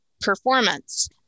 performance